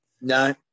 No